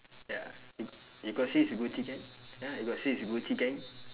ya you you got see his gucci gang ya you got see gucci gang